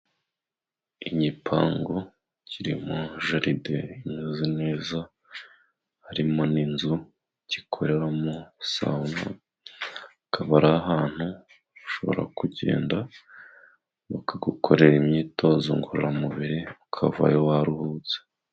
Igipangu kirimo jaride imeze neza, harimo n'inzu gikoreramo sawuna, akaba ari ahantu ushobora kugenda bakagukorera imyitozo ngororamubiri, ukava yo waruhutse.